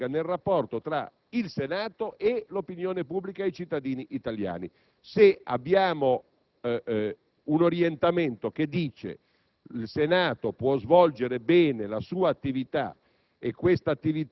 e di accrescimento della credibilità politica nel rapporto tra il Senato e l'opinione pubblica, i cittadini italiani. Se abbiamo un orientamento per